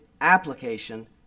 application